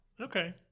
Okay